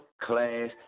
Class